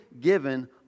given